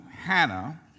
Hannah